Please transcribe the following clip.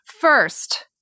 first